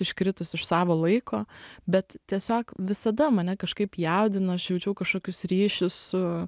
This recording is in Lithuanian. iškritus iš savo laiko bet tiesiog visada mane kažkaip jaudino aš jaučiau kažkokius ryšius su